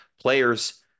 players